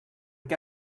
què